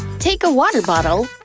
take a water bottle,